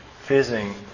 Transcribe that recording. fizzing